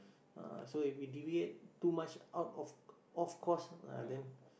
ah so if we deviate too much out of off course uh then